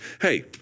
Hey